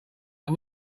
are